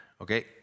Okay